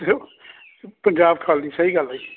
ਪੰਜਾਬ ਖਾਲੀ ਸਹੀ ਗੱਲ ਹੈ ਜੀ